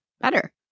better